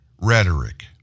rhetoric